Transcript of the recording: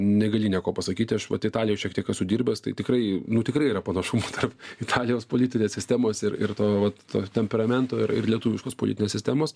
negali nieko pasakyti aš vat italijoj šiek tiek esu dirbęs tai tikrai nu tikrai yra panašumų tarp italijos politinės sistemos ir ir vat to temperamento ir ir lietuviškos politinės sistemos